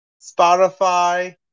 Spotify